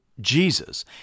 Jesus